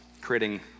creating